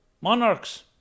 monarchs